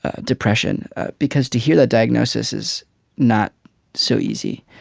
ah depression because to hear the diagnosis is not so easy